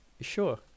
sure